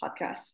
podcast